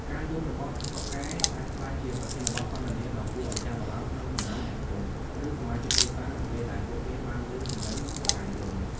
ការយំរបស់តុកែអាចក្លាយជាប្រធានបទសន្ទនាដ៏គួរឱ្យចាប់អារម្មណ៍ក្នុងចំណោមអ្នកភូមិ ឬសមាជិកគ្រួសារ នៅពេលដែលពួកគេបានឮសំឡេងតុកែយំ។